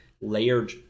layered